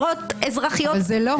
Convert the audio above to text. זה לא.